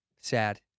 Sad